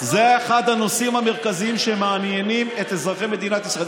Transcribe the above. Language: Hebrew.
זה היה אחד הנושאים המרכזיים שמעניינים את אזרחי מדינת ישראל.